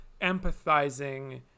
empathizing